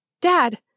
Dad